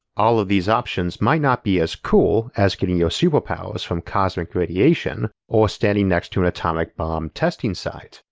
all these options might not be as cool as getting your superpowers from cosmic radiation or standing next to an atomic bomb testing site,